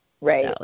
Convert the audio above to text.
Right